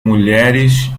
mulheres